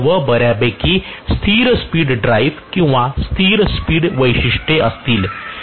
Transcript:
हे सर्व बऱ्यापैकी स्थिर स्पीड ड्राइव्ह किंवा स्थिर स्पीड वैशिष्ट्ये असतील